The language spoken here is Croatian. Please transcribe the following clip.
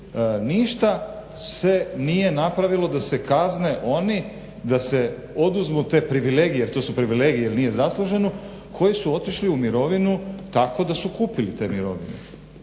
Ništa se nije napravilo da se kazne oni, da se oduzmu te privilegije, jer to su privilegije jer nije zasluženo koji su otišli u mirovinu tako da su kupili te mirovine